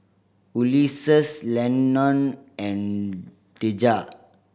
Ulises Lennon and Dejah